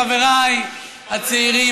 לחבריי הצעירים,